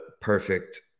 perfect